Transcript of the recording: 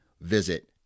visit